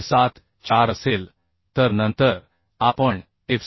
74 असेल तर नंतर आपण FCD